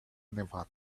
nevada